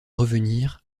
revenir